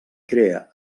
crea